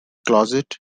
closet